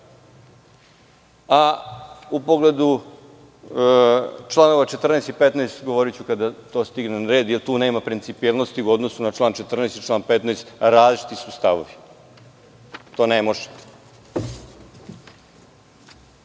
a u pogledu čl. 14. i 15. govoriću kada to stigne na red, jer tu nema principijelnosti u odnosu na čl. 14. i 15. Različiti su stavovi. To ne može.